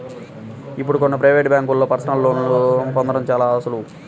ఇప్పుడు కొన్ని ప్రవేటు బ్యేంకుల్లో పర్సనల్ లోన్ని పొందడం చాలా సులువు